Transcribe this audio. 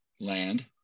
land